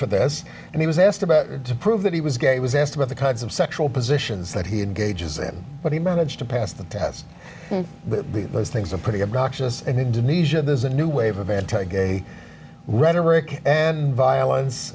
for this and he was asked about to prove that he was gay he was asked about the kinds of sexual positions that he had gauges in but he managed to pass the test but those things are pretty obnoxious and indonesia there's a new wave of anti gay rhetoric and violence